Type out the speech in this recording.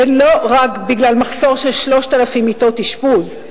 ולא רק בגלל מחסור של 3,000 מיטות אשפוז.